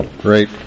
Great